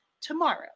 tomorrow